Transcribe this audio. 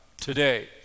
today